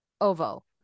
Ovo